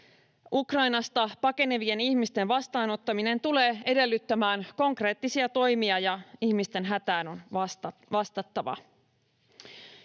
Ukrainasta pakenevien ihmisten vastaanottaminen tulee edellyttämään konkreettisia toimia, ja ihmisten hätään on vastattava.